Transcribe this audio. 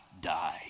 die